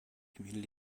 community